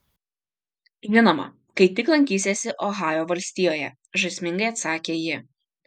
žinoma kai tik lankysiesi ohajo valstijoje žaismingai atsakė ji